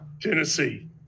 Tennessee